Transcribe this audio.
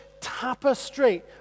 tapestry